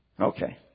Okay